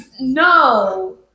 No